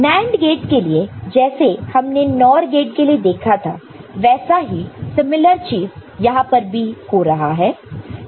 NAND gate के लिए जैसे हमने NOR गेट के लिए देखा था वैसा ही समरूप चीज यहां पर भी हो रहा है